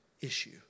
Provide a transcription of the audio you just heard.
issue